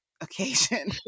occasion